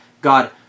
God